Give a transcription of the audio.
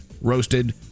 roasted